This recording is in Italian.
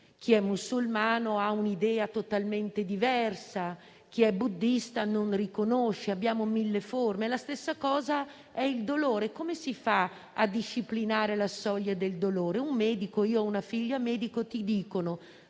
chi è musulmano ha un'idea totalmente diversa, chi è buddista non riconosce. Abbiamo mille forme. Lo stesso discorso vale per il dolore: come si fa a disciplinare la soglia del dolore? Un medico - ho una figlia medico - ti